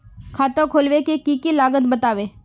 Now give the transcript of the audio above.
खाता खोलवे के की की लगते बतावे?